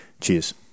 cheers